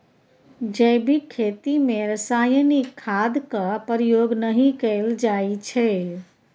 जैबिक खेती मे रासायनिक खादक प्रयोग नहि कएल जाइ छै